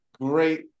great